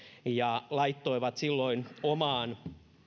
ja laittoivat silloin omaan